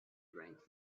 drank